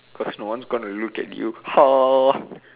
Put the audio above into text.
cause no one's going to look at you hor